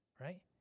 right